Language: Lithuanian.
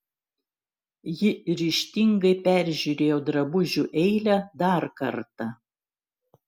ji ryžtingai peržiūrėjo drabužių eilę dar kartą